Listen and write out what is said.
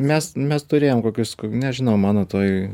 mes mes turėjom kokius nežinau mano toj